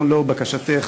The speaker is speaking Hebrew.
גם לאור בקשתך,